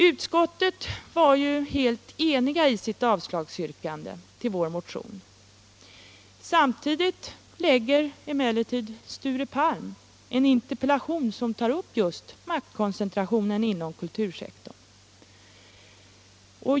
Utskottet har varit helt enigt i sitt yrkande om avslag på vår motion. Samtidigt framställer emellertid Sture Palm en interpellation som tar upp just maktkoncentrationen inom kultursektorn.